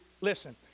Listen